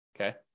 okay